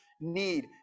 need